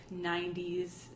90s